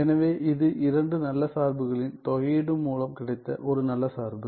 எனவே இது இரண்டு நல்ல சார்புகளின் தொகையீடு மூலம் கிடைத்த ஒரு நல்ல சார்பு